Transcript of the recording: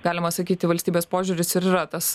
galima sakyti valstybės požiūris ir yra tas